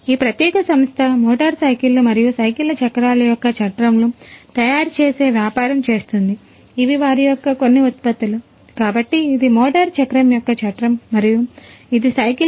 ఈ ప్రత్యేక సంస్థ మోటారు సైకిళ్ళు మరియు సైకిళ్ల చక్రాల యొక్క చట్రంలు